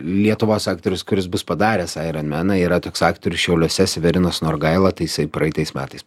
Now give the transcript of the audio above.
lietuvos aktorius kuris bus padaręs aironmeną yra toks aktorius šiauliuose severinas norgaila tai jisai praeitais metais